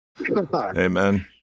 Amen